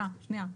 רגע.